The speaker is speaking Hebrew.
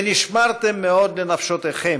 "ונשמרתם מאֹד לנפשֹתיכם"